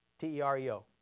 t-e-r-e-o